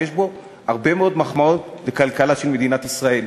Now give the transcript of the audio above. ויש בו הרבה מאוד מחמאות לכלכלה של מדינת ישראל,